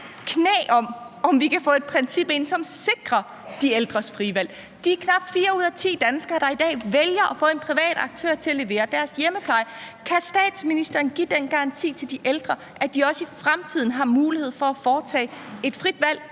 knæ til, at vi kan få et princip ind, som sikrer de ældres frie valg. Det er knap fire ud af ti danskere, der i dag vælger at få en privat aktør til at levere deres hjemmepleje. Kan statsministeren give den garanti til de ældre, at de også i fremtiden har mulighed for at foretage et frit valg,